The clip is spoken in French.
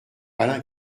alain